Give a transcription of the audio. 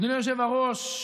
אדוני היושב-ראש,